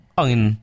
angin